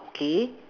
K